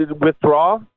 Withdraw